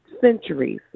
centuries